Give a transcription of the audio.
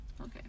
okay